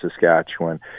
Saskatchewan